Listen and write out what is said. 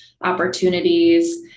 opportunities